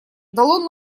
дало